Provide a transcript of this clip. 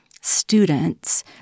students